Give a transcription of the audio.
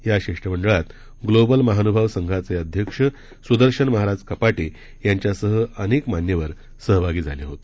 या शिष्टमंडळात ग्लोबल महानुभाव संघाचे अध्यक्ष सुदर्शन महाराज कपाटे यांच्यासह अनेक मान्यवर सहभागी झाले होते